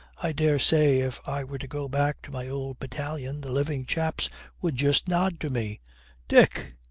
i daresay if i were to go back to my old battalion the living chaps would just nod to me dick!